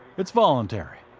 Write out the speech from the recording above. it's voluntary.